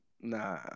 nah